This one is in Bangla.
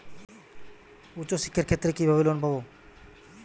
উচ্চশিক্ষার ক্ষেত্রে কিভাবে লোন পাব?